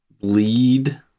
bleed